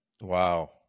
Wow